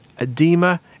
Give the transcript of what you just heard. edema